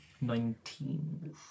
Nineteen